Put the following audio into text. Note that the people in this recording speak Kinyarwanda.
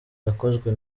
yakozwe